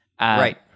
Right